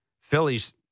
Phillies